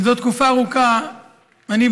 זה תקופה ארוכה אני,